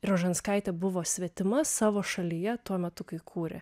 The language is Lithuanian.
rožanskaitė buvo svetima savo šalyje tuo metu kai kūrė